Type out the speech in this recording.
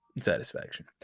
satisfaction